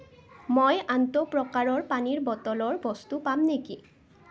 মই আনটো প্ৰকাৰৰ পানীৰ বটলৰ বস্তু পাম নেকি